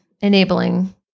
enabling